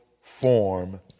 form